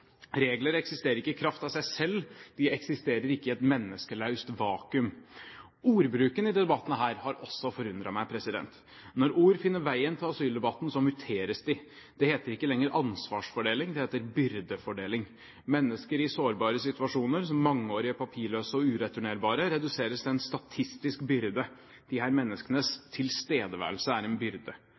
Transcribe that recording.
Regler eksisterer ikke i kraft av seg selv, de eksisterer ikke i et menneskeløst vakuum. Ordbruken i denne debatten har også forundret meg. Når ord finner veien til asyldebatten, muteres de. Det heter ikke lenger ansvarsfordeling. Det heter byrdefordeling. Mennesker i sårbare situasjoner, som mangeårige papirløse og ureturnerbare, reduseres til en statistisk byrde. Disse menneskenes tilstedeværelse er en byrde.